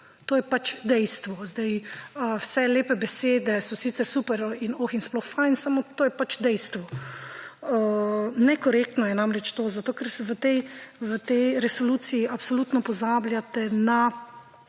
To je pač dejstvo. Vse lepe besede so sicer super in oh in sploh fajn samo to je pač dejstvo. Nekorektno je namreč to, ker v tej resoluciji absolutno pozabljate na